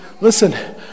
listen